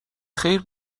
خیر